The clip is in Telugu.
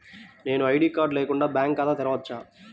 నేను ఐ.డీ కార్డు లేకుండా బ్యాంక్ ఖాతా తెరవచ్చా?